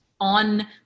on